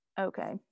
okay